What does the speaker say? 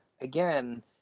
again